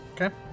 Okay